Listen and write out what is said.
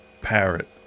parrot